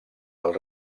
del